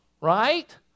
right